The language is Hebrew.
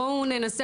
בוא ננסה,